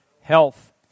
Health